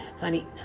honey